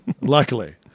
luckily